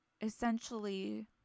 Essentially